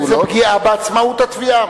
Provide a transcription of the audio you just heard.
זו פגיעה בעצמאות התביעה.